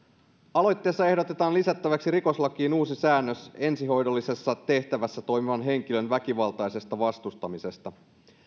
aloitteessa ehdotetaan lisättäväksi rikoslakiin uusi säännös ensihoidollisessa tehtävässä toimivan henkilön väkivaltaisesta vastustamisesta